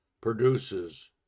produces